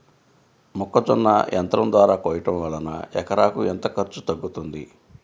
మొక్కజొన్న యంత్రం ద్వారా కోయటం వలన ఎకరాకు ఎంత ఖర్చు తగ్గుతుంది?